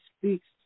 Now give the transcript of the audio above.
speaks